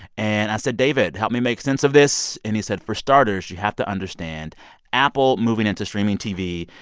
and i said, david, help me make sense of this. and he said, for starters, you have to understand apple moving into streaming tv,